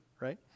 right